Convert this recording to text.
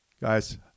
guys